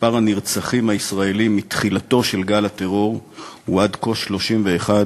מספר הנרצחים הישראלים מתחילתו של גל הטרור הוא עד כה 31,